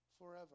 forever